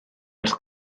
ers